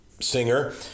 singer